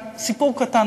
רק סיפור קטן,